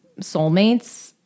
soulmates